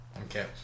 Okay